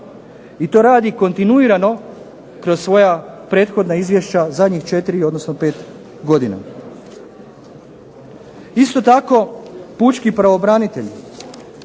i to radi kontinuirano kroz svoja prethodna izvješća zadnjih 5 godina. Isto tako pučki pravobranitelj